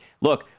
look